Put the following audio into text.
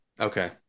Okay